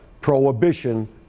Prohibition